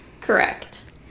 correct